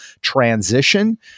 transition